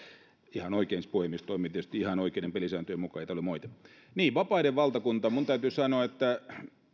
ihan oikein puhemies toimi tietysti ihan oikeiden pelisääntöjen mukaan ei tämä ollut moite niin vapaiden valtakunta minun täytyy sanoa että